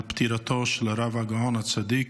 על פטירתו של הרב הגאון הצדיק,